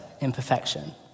imperfection